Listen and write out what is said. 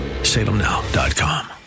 salemnow.com